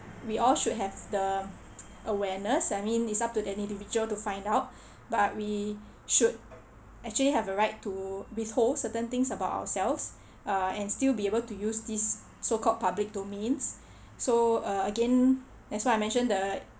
we all should have the awareness I mean it's up to any individual to find out but we should actually have a right to withhold certain things about ourselves uh and still be able to use these so called public domains so again that's why I mention the